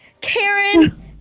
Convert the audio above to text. Karen